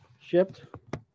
shipped